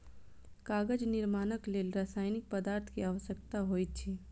कागज निर्माणक लेल रासायनिक पदार्थ के आवश्यकता होइत अछि